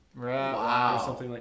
Wow